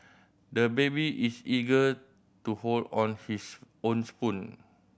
the baby is eager to hold on his own spoon